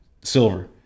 Silver